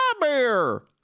beer